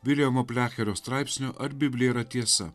viljamo blecherio straipsnio ar biblija yra tiesa